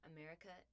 America